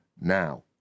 Now